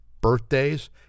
birthdays